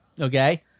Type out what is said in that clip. Okay